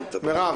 נכון?